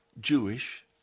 Jewish